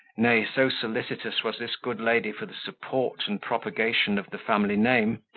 nay, so solicitous was this good lady for the support and propagation of the family name,